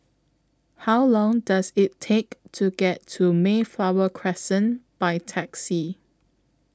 How Long Does IT Take to get to Mayflower Crescent By Taxi